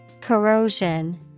Corrosion